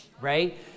Right